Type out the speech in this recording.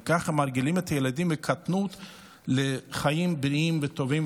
וככה מרגילים את הילדים מקטנות לחיים בריאים וטובים.